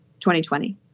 2020